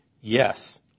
yes